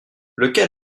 lequel